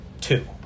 two